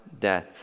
death